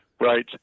Right